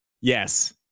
yes